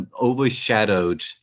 overshadowed